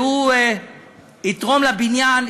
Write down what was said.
והוא יתרום לבניין,